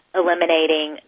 eliminating